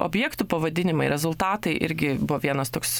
objektų pavadinimai rezultatai irgi buvo vienas toks